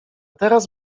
teraz